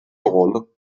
rolle